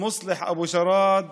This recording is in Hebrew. מוסלח אבו ג'ראד